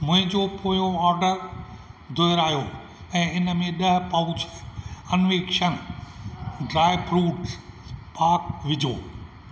मुंहिंजो पोयों ऑर्डर दुहिरायो ऐं इनमें ॾह पाउच अन्वेषण ड्राई फ्रू़टस पाक विझो